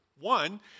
One